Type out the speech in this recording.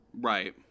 Right